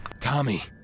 Tommy